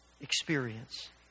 experience